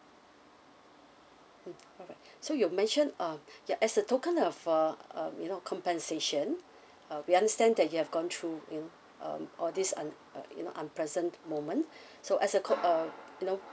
mm alright so you've mentioned uh ya as a token of uh uh you know compensation uh we understand that you have gone through you know um all these un~ uh you know unpleasant moment so as a com~ uh you know